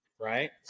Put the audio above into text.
right